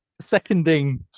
seconding